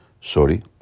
sorry